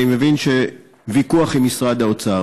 אני מבין שהוויכוח הוא עם משרד האוצר.